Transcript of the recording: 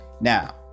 now